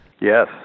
Yes